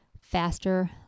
faster